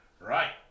Right